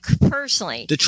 personally